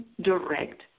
direct